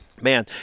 Man